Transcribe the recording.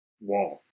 wall